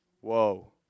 Whoa